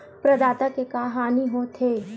प्रदाता के का हानि हो थे?